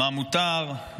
מה מותר,